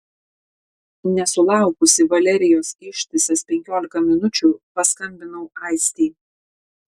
nesulaukusi valerijos ištisas penkiolika minučių paskambinau aistei